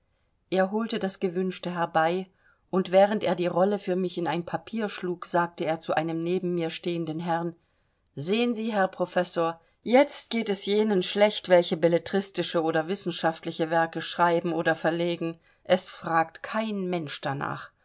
er holte das gewünschte herbei und während er die rolle für mich in ein papier schlug sagte er zu einem neben mir stehenden herrn sehen sie herr professor jetzt geht es jenen schlecht welche belletristische oder wissenschaftliche werke schreiben oder verlegen es fragt kein mensch darnach